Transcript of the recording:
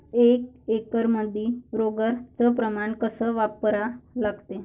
एक एकरमंदी रोगर च प्रमान कस वापरा लागते?